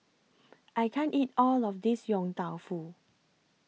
I can't eat All of This Yong Tau Foo